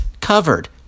covered